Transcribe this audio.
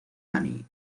annie